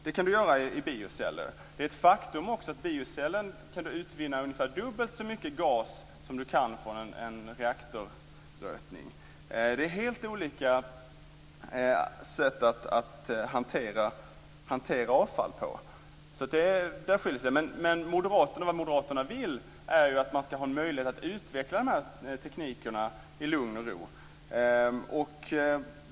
Det kan man i bioceller. I biocellen kan man utvinna ungefär dubbelt så mycket gas som man kan från en reaktorrötning. Det är helt olika sätt att hantera avfall. Vad Moderaterna vill är ju att man skall ha möjlighet att utveckla de här teknikerna i lugn och ro.